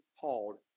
called